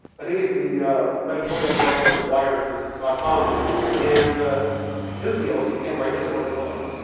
and he's the editorial director of wired dot com and his deal is he can't write his story for life,